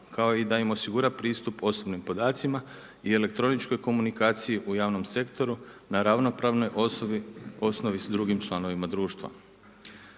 kao i da im osigura pristup osobnim podacima i elektroničkoj komunikaciji u javnom sektoru na ravnopravnoj osnovi sa drugim članovima društva.